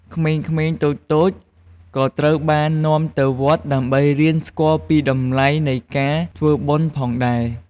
ក្មេងៗតូចៗក៏ត្រូវបាននាំទៅវត្តដើម្បីរៀនស្គាល់ពីតម្លៃនៃការធ្វើបុណ្យផងដែរ។